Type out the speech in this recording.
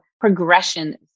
progression